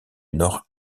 nord